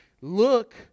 look